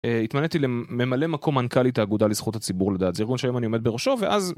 התמניתי לממלא מקום מנכ"לית האגודה לזכות הציבור לדעת זה ארגון שהיום אני עומד בראשו ואז.